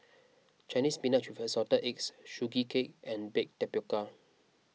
Chinese Spinach with Assorted Eggs Sugee Cake and Baked Tapioca